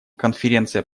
конференция